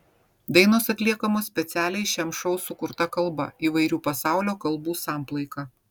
dainos atliekamos specialiai šiam šou sukurta kalba įvairių pasaulio kalbų samplaika